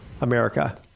America